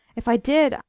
if i did,